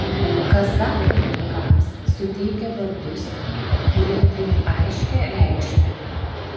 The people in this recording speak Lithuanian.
kazachai vaikams suteikia vardus kurie turi aiškią reikšmę